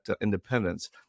independence